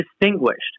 distinguished